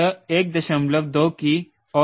यह 12 की ओर अधिक होता है